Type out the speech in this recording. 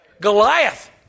Goliath